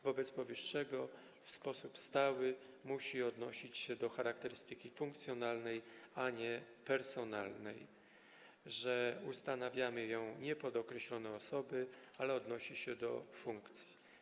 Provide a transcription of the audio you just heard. Wobec powyższego w sposób stały musi odnosić się do charakterystyki funkcjonalnej, a nie personalnej - ustanawiamy to nie pod określone osoby, ale odnosi się do funkcji.